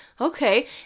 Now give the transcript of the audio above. okay